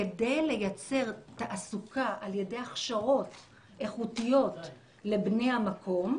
כדי לייצר תעסוקה על ידי הכשרות איכותיות לבני המקום,